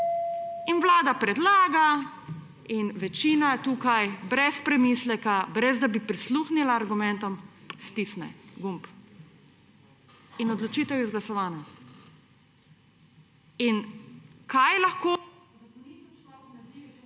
Vlada predlaga in večina tukaj brez premisleka, brez da bi prisluhnila argumentom, stisne gumb. In odločitev je izglasovana. Kaj lahko